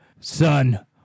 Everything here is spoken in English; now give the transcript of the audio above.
son